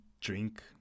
drink